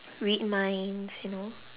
read minds you know